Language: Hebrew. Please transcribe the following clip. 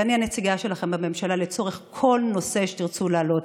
ואני הנציגה שלכם בממשלה לצורך כל נושא שתרצו להעלות.